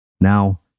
Now